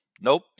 Nope